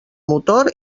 motor